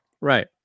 right